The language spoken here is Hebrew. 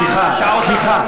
סליחה,